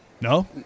No